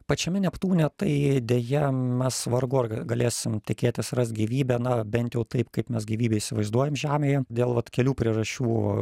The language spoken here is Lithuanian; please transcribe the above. pačiame neptūne tai deja mes vargu ar galėsim tikėtis rasti gyvybę na bent jau taip kaip mes gyvybę įsivaizduojam žemėje dėl vat kelių priežasčių